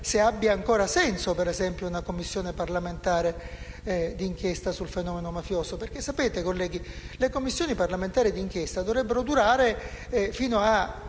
se abbia ancora senso una Commissione parlamentare di inchiesta sul fenomeno mafioso. Sapete, colleghi, le Commissioni parlamentari di inchiesta dovrebbero durare fino a